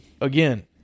Again